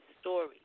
story